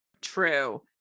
True